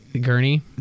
gurney